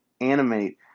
animate